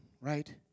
right